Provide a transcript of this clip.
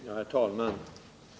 Herr talman!